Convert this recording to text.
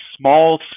small